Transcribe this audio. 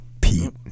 Pete